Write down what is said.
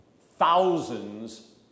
thousands